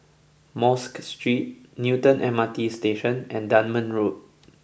Mosque Street Newton M R T Station and Dunman Road